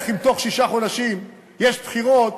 אם בתוך שישה חודשים יש בחירות,